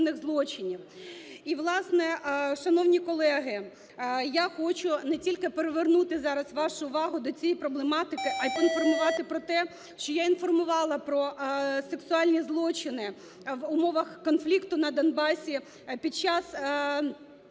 І, власне, шановні колеги, я хочу не тільки привернути зараз вашу увагу до цієї проблематики, а й поінформувати про те, що я інформувала про сексуальні злочини в умовах конфлікту на Донбасі під час